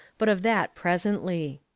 but of that presently.